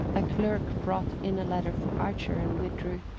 a clerk brought in a letter for archer and withdrew.